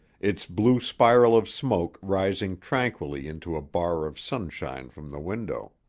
its blue spiral of smoke rising tranquilly into a bar of sunshine from the window.